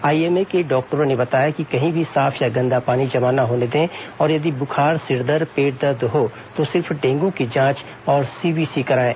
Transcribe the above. IMA के डॉक्टरों ने बताया कि कहीं भी साफ या गंदा पानी जमा न होने दे और यदि ब्खार सिरदर्द पेट दर्द हो तो सिर्फ डेंगू की जांच और सीबीसी कराएं